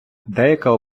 деяка